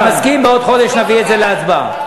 אני מסכים, בעוד חודש נביא את זה להצבעה.